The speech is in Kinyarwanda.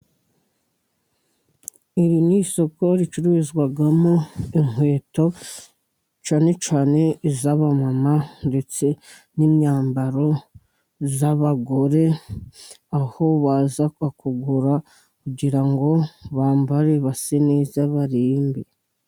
Iri ni isoko ricururizwagamo inkweto cyane cyane iz' abama ndetse n' imyambaro y' abagore aho baza kugura, kugira ngo bambare base neza barimbe.